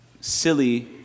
silly